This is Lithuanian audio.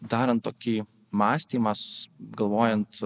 darant tokį mąstymas galvojant